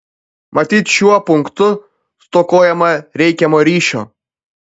matyt šiuo punktu stokojama reikiamo ryšio